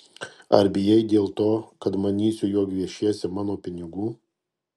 ar bijai dėl to kad manysiu jog gviešiesi mano pinigų